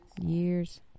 years